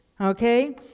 Okay